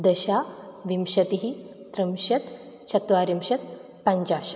दश विंशतिः त्रिंशत् चत्वारिंशत् पञ्चाशत्